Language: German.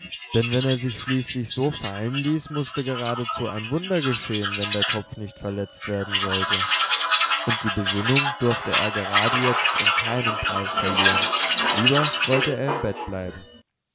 denn wenn er sich schließlich so fallen ließ mußte geradezu ein wunder geschehen wenn der kopf nicht verletzt werden sollte und die besinnung durfte er gerade jetzt um keinen preis verlieren lieber wollte er im bett bleiben